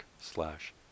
slash